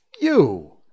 You